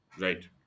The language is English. right